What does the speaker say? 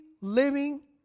living